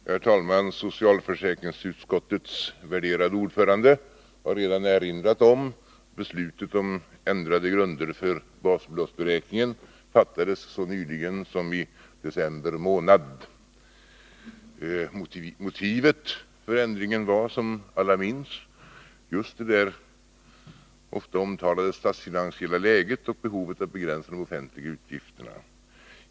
Herr talman! Socialförsäkringsutskottets värderade ordförande har redan erinrat om att beslutet om ändrade grunder för basbeloppsberäkningen fattades så nyligen som i december månad. Motivet för ändringen var, som alla vet, just det där ofta omtalade statsfinansiella läget och behovet av att begränsa de offentliga utgifterna.